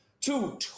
Two